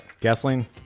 Gasoline